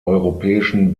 europäischen